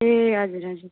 ए हजुर हजुर